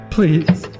Please